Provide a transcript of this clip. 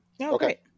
Okay